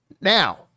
Now